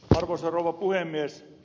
arvoisa rouva puhemies